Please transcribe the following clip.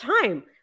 time